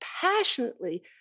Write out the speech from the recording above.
passionately